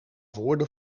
woorden